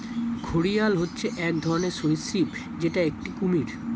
ঘড়িয়াল হচ্ছে এক ধরনের সরীসৃপ যেটা একটি কুমির